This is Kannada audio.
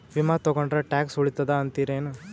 ವಿಮಾ ತೊಗೊಂಡ್ರ ಟ್ಯಾಕ್ಸ ಉಳಿತದ ಅಂತಿರೇನು?